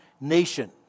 nation